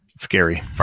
Scary